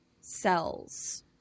cells